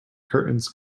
curtains